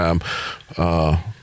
time –